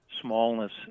smallness